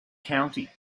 county